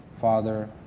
Father